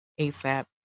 ASAP